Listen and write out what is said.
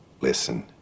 listen